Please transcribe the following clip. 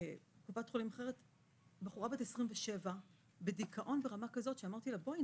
בקופת חולים אחרת הייתה בחורה בת 27 בדיכאון ברמה כזאת שאמרתי לה: בואי,